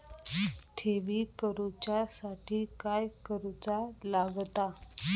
ठेवी करूच्या साठी काय करूचा लागता?